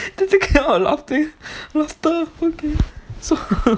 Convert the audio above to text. cannot laughter